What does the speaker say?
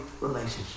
relationship